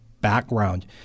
background